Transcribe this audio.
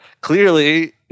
clearly